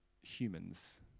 humans